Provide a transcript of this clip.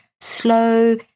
slow